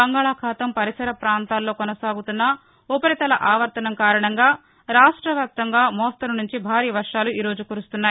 బంగాళాఖాతం పరిసర ప్రాంతాల్లో కొనసాగుతున్న ఉపరితల అవర్తనం కారణంగా రాష్ట వ్యాప్తంగా మోస్తరు నుంచి భారీ వర్షాలు ఈ రోజు కురుస్తున్నాయి